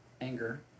anger